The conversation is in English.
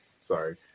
Sorry